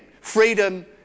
Freedom